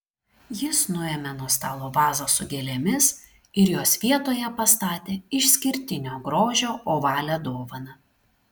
jis nuėmė nuo stalo vazą su gėlėmis ir jos vietoje pastatė išskirtinio grožio ovalią dovaną